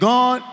God